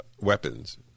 weapons